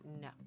No